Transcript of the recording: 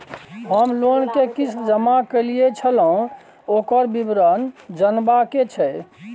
हम लोन के किस्त जमा कैलियै छलौं, ओकर विवरण जनबा के छै?